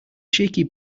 shaky